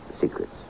secrets